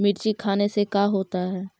मिर्ची खाने से का होता है?